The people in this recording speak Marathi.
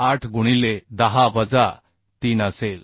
8गुणिले 10 वजा 3 असेल